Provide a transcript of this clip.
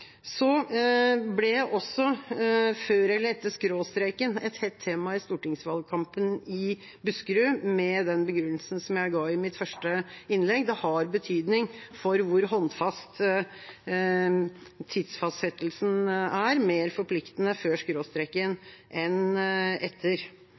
Før eller etter skråstreken ble også et hett tema i stortingsvalgkampen i Buskerud, med den begrunnelsen som jeg ga i mitt første innlegg. Det har betydning for hvor håndfast tidsfastsettelsen er – mer forpliktende før